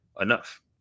enough